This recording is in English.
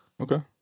Okay